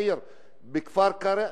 צעיר בכפר-קרע,